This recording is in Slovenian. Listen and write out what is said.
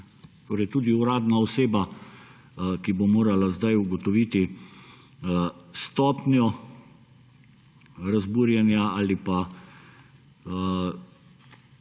tudi uradna oseba, ki bo morala zdaj ugotoviti stopnjo razburjenja ali pa